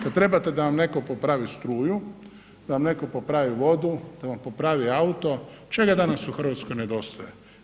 Kad trebate da vam netko popravi struju, da vam netko popravi vodu, da vam popravi auto, čega danas u Hrvatskoj nedostaje?